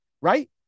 right